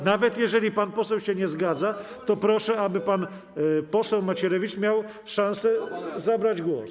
Nawet jeżeli pan poseł się nie zgadza, to proszę, aby pan poseł Macierewicz miał szansę zabrać głos.